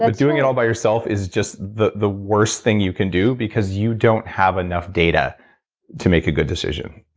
but doing it all by yourself is just the the worst thing you can do because you don't have enough data to make a good decision.